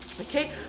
Okay